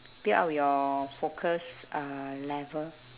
build up your focus uh level